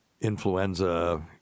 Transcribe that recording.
Influenza